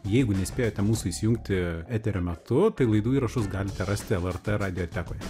jeigu nespėjote mūsų įsijungti eterio metu tai laidų įrašus galite rasti lrt radiotekoje